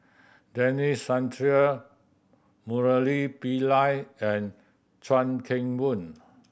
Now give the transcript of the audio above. Denis Santry Murali Pillai and Chuan Keng Boon